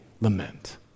lament